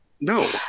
no